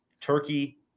turkey